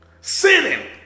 sinning